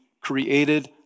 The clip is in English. created